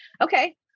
okay